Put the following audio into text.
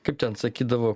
kaip ten sakydavo